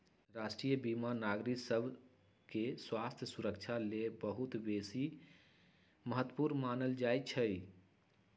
राष्ट्रीय बीमा नागरिक सभके स्वास्थ्य सुरक्षा लेल बहुत बेशी महत्वपूर्ण मानल जाइ छइ